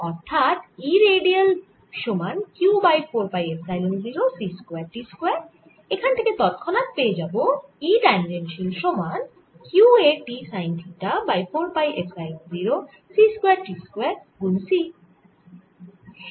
অর্থাৎ E radial সমান q by 4 pi epsilon 0 c square t square এখান থেকে তৎক্ষণাৎ পেয়ে যাবো E ট্যাঞ্জেনশিয়াল সমান q a t sine theta by 4 pi epsilon 0 c square t square গুন c